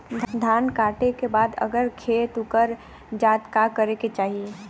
धान कांटेके बाद अगर खेत उकर जात का करे के चाही?